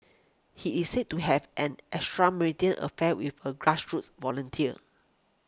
he is said to have an affair with a grassroots volunteer